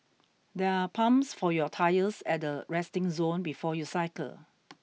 there are pumps for your tyres at the resting zone before you cycle